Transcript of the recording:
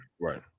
right